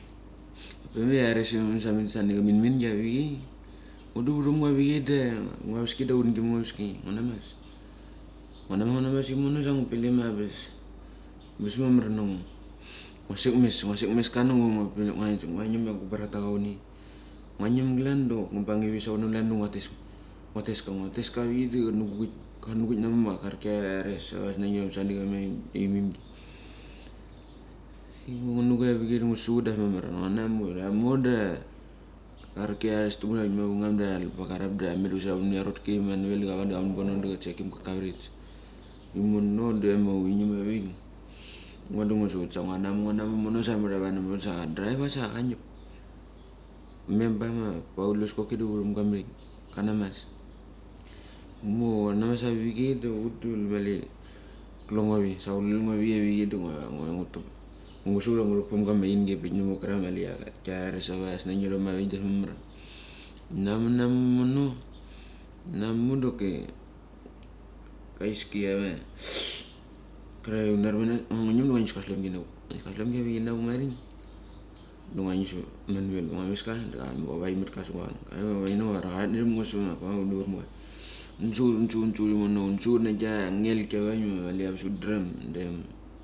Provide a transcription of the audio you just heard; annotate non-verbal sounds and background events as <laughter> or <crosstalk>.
Pe ma kia rares irom samit snania min mingi avichei. Ngo du vuram avichei da nga vaski da haungi met nga vaski nga namas. Nguanamas nguanamas imono da ngu pilim ia angabas abas mamar na ngo. Ngua sekmes, klan sekmes klanda ngua ngim ia gubarata kavunei. Ngua ngim klan dok ngubang ivono klan da ngua tes ka ngua tes ka avichei da kanu guik namek ma karki kiarares ava snieng irom snani ama imimgi. Nugu nuguik aviechei do ngu suvut da angabas mamar. Ngu namu ramo da karki giarest hut avik mavengam da taral bagarap da tamet da plaichera minia rotki. Manuel da vangta kamen pono da chekimga kavarits. Imono de huri ngip avik, ngo da ngusuvat sa ngua namu imono, imono sa tamo ta vang namet run sa driva sa ka ngip. Memba ma Paulus koki do puram ga marik kanamas. Humo kanamas avichei da hut da mali kulengo vi sa kulengo avichei da ngave ngu tap ngusu ia ngu ra pim gama aingi namat karak ma marik mia rares ava snaien irom avik da abas mamar. Nnga namu, namu imono inanu doki heiski kiave. <noise> Krai ngurimanos. Nguania ngu ngim da ngalu asutlam gianavok, sutlam gia navuk marik. Da nga ngim sevet ma Manuel, da ngua meska de vaimetka sa gua chen. Ave va karet inavuk diva karat narem ngo sama kuang di va huni varmacha. Hun suvet, suvet na agia hangelki avaik ia ambas hundram.